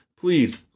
please